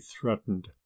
threatened